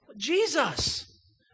Jesus